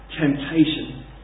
temptation